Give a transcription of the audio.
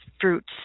fruits